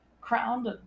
crowned